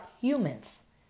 humans